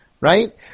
right